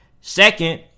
Second